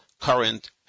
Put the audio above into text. current